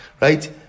right